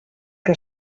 que